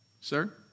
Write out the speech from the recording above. Sir